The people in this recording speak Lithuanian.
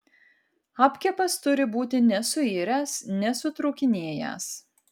apkepas turi būti nesuiręs nesutrūkinėjęs